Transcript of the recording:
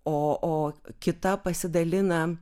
o o kita pasidalina